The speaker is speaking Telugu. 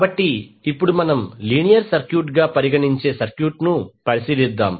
కాబట్టి ఇప్పుడు మనం లీనియర్ సర్క్యూట్గా పరిగణించే సర్క్యూట్ను పరిశీలిద్దాం